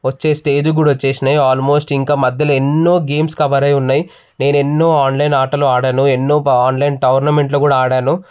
వచ్చే స్టేజ్ కూడా వచ్చేసినాయి ఆల్మోస్ట్ ఇంకా మధ్యలో ఎన్నో గేమ్స్ కవరై ఉన్నాయి నేను ఎన్నో ఆన్లైన్ ఆటలు ఆడాను ఎన్నో ఆన్లైన్ టోర్నమెంట్లో కూడా ఆడాను